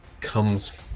comes